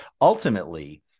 ultimately